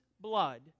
blood